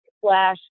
slash